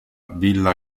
villa